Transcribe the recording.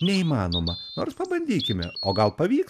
neįmanoma nors pabandykime o gal pavyks